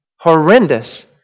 Horrendous